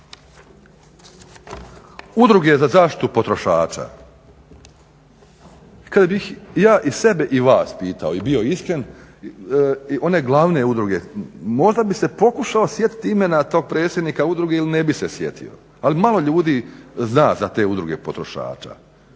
Udruge za zaštitu potrošača. Kad bih ja i sebe i vas pitao i bio iskren, one glavne udruge, možda bi se pokušao sjetit imena tog predsjednika udruge ili ne bi se sjetio, ali malo ljudi zna za te udruge potrošača.